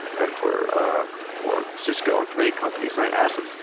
and for for sysco and for many companies. and i ask them,